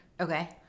Okay